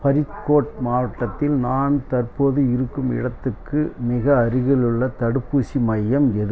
ஃபரித்கோட் மாவட்டத்தில் நான் தற்போது இருக்கும் இடத்துக்கு மிக அருகிலுள்ள தடுப்பூசி மையம் எது